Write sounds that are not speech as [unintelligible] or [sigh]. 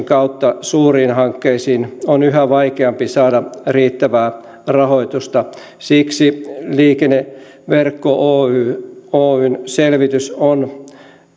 [unintelligible] kautta suuriin hankkeisiin on yhä vaikeampi saada riittävää rahoitusta siksi liikenneverkko oyn selvitys on